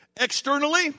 Externally